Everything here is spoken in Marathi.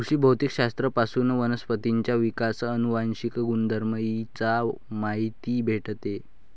कृषी भौतिक शास्त्र पासून वनस्पतींचा विकास, अनुवांशिक गुणधर्म इ चा माहिती भेटते